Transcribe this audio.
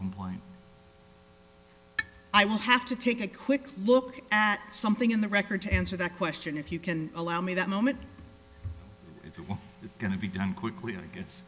complaint i will have to take a quick look at something in the record to answer that question if you can allow me that moment if you will the going to be done quickly i guess